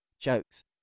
jokes